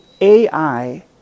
AI